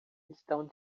estão